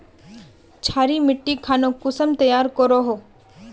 क्षारी मिट्टी खानोक कुंसम तैयार करोहो?